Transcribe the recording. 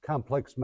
Complex